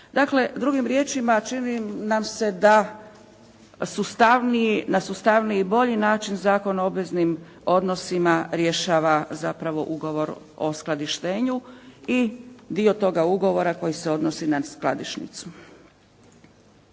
Dakle, drugim riječima čini nam se da na sustavniji, na sustavniji i bolji način Zakon o obveznim odnosima rješava zapravo ugovor o skladištenju i dio toga ugovora koji se odnosi na skladišnicu.